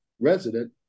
resident